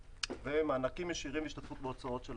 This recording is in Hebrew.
ומענקים ישירים והשתתפות בהוצאות של